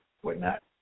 whatnot